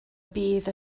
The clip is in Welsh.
bydd